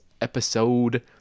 episode